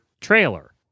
trailer